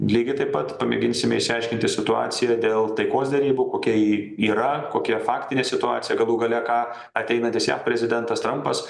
lygiai taip pat pamėginsime išsiaiškinti situaciją dėl taikos derybų kokia ji yra kokia faktinė situacija galų gale ką ateinantis jav prezidentas trampas